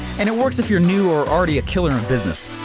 and it works if you're new or already a killer in business.